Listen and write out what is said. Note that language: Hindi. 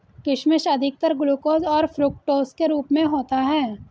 किशमिश अधिकतर ग्लूकोस और फ़्रूक्टोस के रूप में होता है